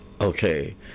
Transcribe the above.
okay